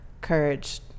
courage